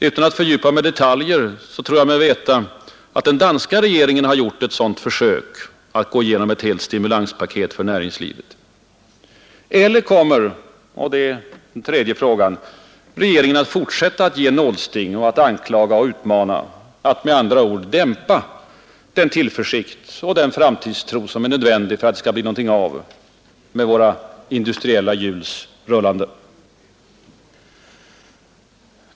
Utan att fördjupa mig i detaljer tror jag mig veta, att den danska regeringen har gjort ett sådant försök att gå igenom ett helt stimulanspaket för näringslivet. Eller kommer regeringen att fortsätta att ge nålsting, att anklaga och utmana, att med andra ord dämpa den tillförsikt och den framtidstro som är nödvändig för att det skall bli någonting av med våra industriella hjuls rullande?